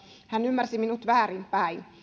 hän ymmärsi minut väärinpäin